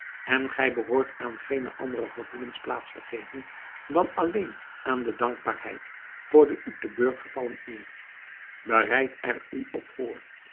en gij behoort aan geene andere gevoelens plaats te geven dan alleen aan de dankbaarheid voor de u te beurt gevallen eer bereid er u op voor